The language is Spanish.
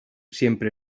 siempre